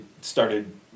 started